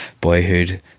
Boyhood